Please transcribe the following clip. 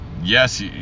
yes